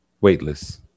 weightless